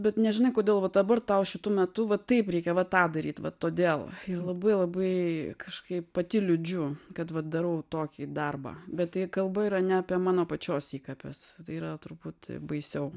bet nežinai kodėl va dabar tau šitu metu va taip reikia va tą daryt va todėl ir labai labai kažkaip pati liūdžiu kad va darau tokį darbą bet tai kalba yra ne apie mano pačios įkapes tai yra truputį baisiau